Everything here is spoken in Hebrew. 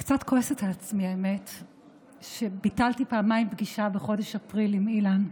אני קצת כועסת על עצמי שביטלתי פעמיים פגישה בחודש אפריל עם אילן.